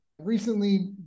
recently